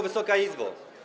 Wysoka Izbo!